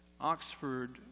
Oxford